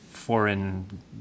foreign